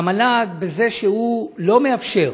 והמל"ג, בזה שהיא לא מאפשרת